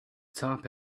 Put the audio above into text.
top